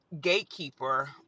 gatekeeper